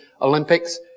Olympics